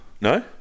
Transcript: No